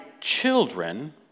children